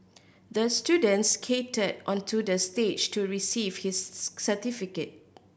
the student skated onto the stage to receive his certificate